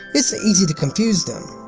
it's easy to confuse them.